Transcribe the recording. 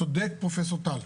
צודק פרופסור טל.